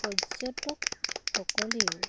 পৰ্যটকসকলেও